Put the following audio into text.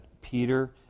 Peter